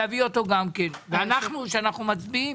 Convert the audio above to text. כשאנחנו מצביעים